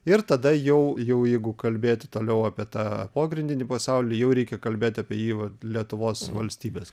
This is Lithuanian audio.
ir tada jau jau jeigu kalbėti toliau apie tą pogrindinį pasaulį jau reikia kalbėti apie jį vat lietuvos valstybės